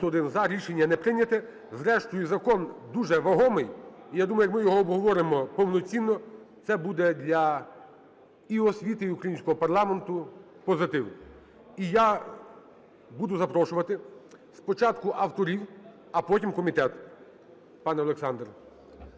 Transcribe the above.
Рішення не прийнято. Зрештою, закон дуже вагомий і, я думаю, як ми його обговоримо повноцінно, це буде для і освіти, і українського парламенту позитив. І я буду запрошувати спочатку авторів, а потім – комітет, пане Олександр.